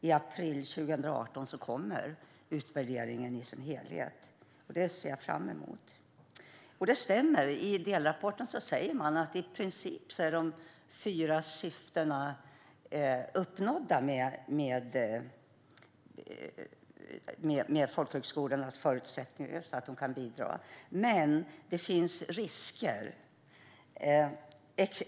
I april 2018 kommer utvärderingen i sin helhet, och det ser jag fram emot. Det stämmer att man i delrapporten säger att de fyra syftena i princip är uppnådda med folkhögskolornas förutsättningar att bidra, men det finns risker.